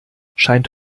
scheint